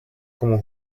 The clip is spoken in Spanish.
como